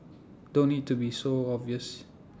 don't need to be so obvious